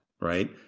Right